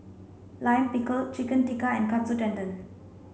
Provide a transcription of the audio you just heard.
Lime Pickle Chicken Tikka and Katsu Tendon